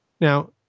Now